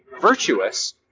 virtuous